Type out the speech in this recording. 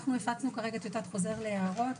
אנחנו הפצנו את החוזר להערות.